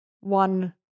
one